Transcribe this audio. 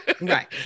Right